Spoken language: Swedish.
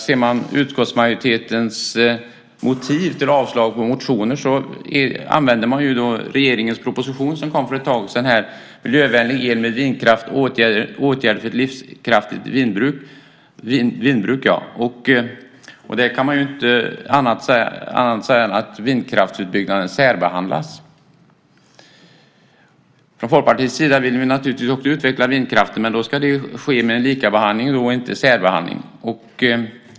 I utskottsmajoritetens motiv till avslag på motioner använder man regeringens proposition som kom för ett tag sedan Miljvänlig el med vindkraft - åtgärder för ett livskraftigt vindbruk . Där kan man inte säga annat än att vindkraftsutbyggnaden särbehandlas. Från Folkpartiets sida vill vi naturligtvis också utveckla vindkraften men det ska ske med likabehandling, inte särbehandling.